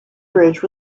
bridge